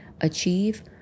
achieve